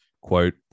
quote